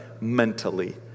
mentally